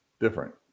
different